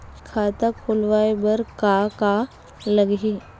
खाता खुलवाय बर का का लगही?